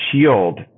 shield